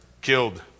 killed